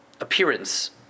appearance